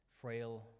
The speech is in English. frail